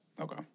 Okay